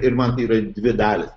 ir man yra dvi dalys